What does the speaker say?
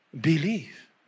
believe